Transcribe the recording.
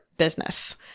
Business